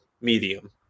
medium